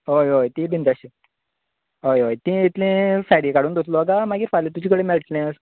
हय हय ती बिन जाय आशिल्ली हय हय ती इतली सायडिन काडून दवरतलो काय मागीर फाल्यां तुज कडेन मेळटलें